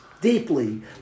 deeply